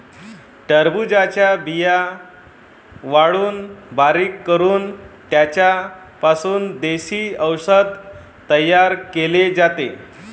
टरबूजाच्या बिया वाळवून बारीक करून त्यांचा पासून देशी औषध तयार केले जाते